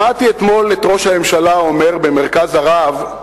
שמעתי אתמול את ראש הממשלה אומר בישיבת "מרכז הרב"